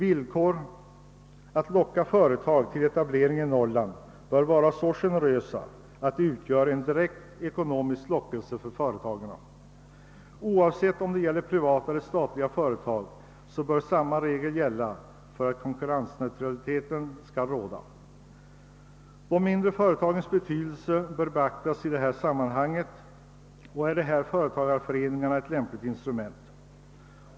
Villkoren bör vara så generösa att de utgör en direkt ekonomisk lockelse för företagen att etablera sig i Norrland. Samma regler bör gälla för privata och statliga företag för att konkurrensneutralitet skall föreligga. De mindre företagens betydelse bör beaktas i detta sammanhang, där före tagareföreningarna är ett lämpligt instrument.